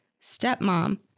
Stepmom